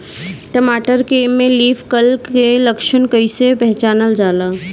टमाटर में leaf curl के लक्षण कइसे पहचानल जाला?